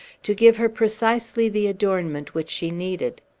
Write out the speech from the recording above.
to give her precisely the adornment which she needed.